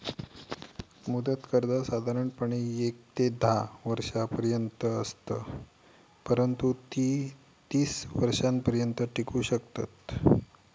मुदत कर्जा साधारणपणे येक ते धा वर्षांपर्यंत असत, परंतु ती तीस वर्षांपर्यंत टिकू शकतत